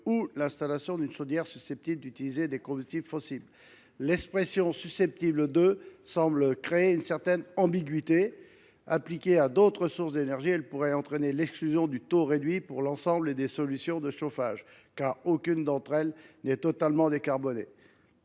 ou l’installation d’une chaudière susceptible d’utiliser des combustibles fossiles ». L’expression « susceptible de » crée une certaine ambiguïté. Appliquée à d’autres sources d’énergie, elle pourrait entraîner l’exclusion du bénéfice du taux réduit de TVA de l’ensemble des solutions de chauffage, car aucune d’entre elles n’est totalement décarbonée.